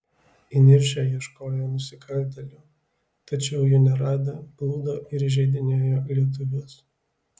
įniršę ieškojo nusikaltėlių tačiau jų neradę plūdo ir įžeidinėjo lietuvius